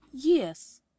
Yes